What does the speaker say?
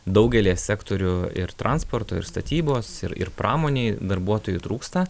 daugelyje sektorių ir transporto ir statybos ir ir pramonėj darbuotojų trūksta